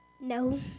No